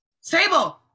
Sable